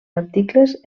articles